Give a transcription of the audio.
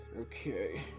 Okay